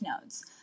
nodes